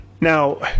Now